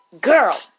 Girl